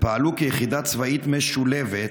ופעלו כיחידה צבאית משולבת,